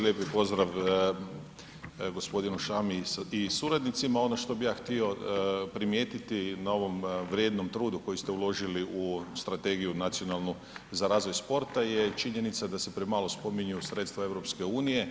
Lijepi pozdrav gospodinu Šamiji i suradnicima, ono što bi ja htio primijetiti na ovom vrijednom trudu koji ste uložili u strategiju nacionalnu za razvoj sporta je i činjenica da se premalo spominju sredstva EU.